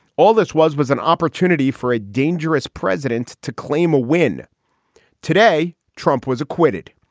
all this was was an opportunity for a dangerous president to claim a win today. trump was acquitted.